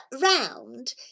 round